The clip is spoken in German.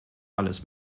alles